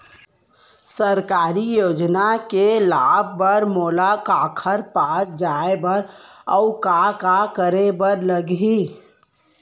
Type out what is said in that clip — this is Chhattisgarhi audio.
सरकारी योजना के लाभ बर मोला काखर पास जाए बर अऊ का का करे बर लागही?